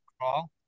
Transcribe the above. crawl